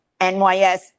nys